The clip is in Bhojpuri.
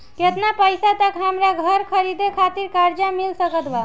केतना पईसा तक हमरा घर खरीदे खातिर कर्जा मिल सकत बा?